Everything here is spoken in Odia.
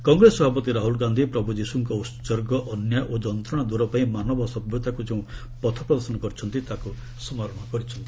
କଂଗ୍ରେସ ସଭାପତି ରାହୁଲ ଗାନ୍ଧୀ ପ୍ରଭୁ ଯୀଶୁଙ୍କ ଉତ୍ସର୍ଗ ଅନ୍ୟାୟ ଓ ଯନ୍ତ୍ରଣା ଦୂର ପାଇଁ ମାନବ ସଭ୍ୟତାକୁ ଯେଉଁ ପଥ ପ୍ରଦର୍ଶନ କରିଛନ୍ତି ତାକୁ ସ୍କରଣ କରିଚ୍ଛନ୍ତି